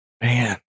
Man